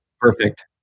Perfect